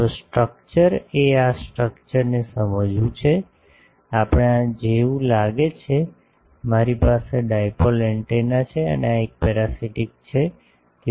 તો સ્ટ્રક્ચર એ આ સ્ટ્રક્ચરને સમજવું છે આપણને આ જેવું લાગે છે મારી પાસે ડાઈપોલ એન્ટેના છે અને આ એક પેરાસિટિક છે